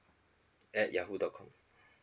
at yahoo dot com